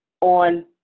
on